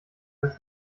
das